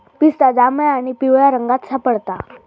पिस्ता जांभळ्या आणि पिवळ्या रंगात सापडता